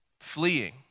fleeing